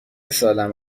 سالم